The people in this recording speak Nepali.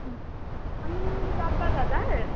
आमाम् चार पाँच हजार